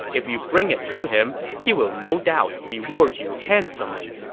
if you bring it to him, he will no doubt reward you handsomely.